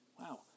Wow